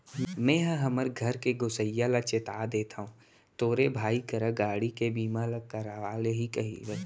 मेंहा हमर घर के गोसइया ल चेता देथव तोरे भाई करा गाड़ी के बीमा ल करवा ले ही कइले